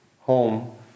home